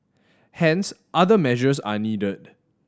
hence other measures are needed